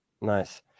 Nice